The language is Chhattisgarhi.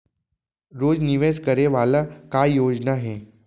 रोज निवेश करे वाला का योजना हे?